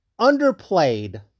underplayed